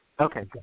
Okay